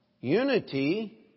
unity